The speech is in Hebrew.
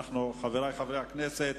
חברי חברי הכנסת,